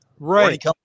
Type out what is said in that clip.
Right